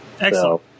Excellent